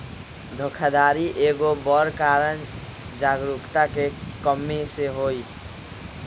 धोखाधड़ी के एगो बड़ कारण जागरूकता के कम्मि सेहो हइ